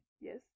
Yes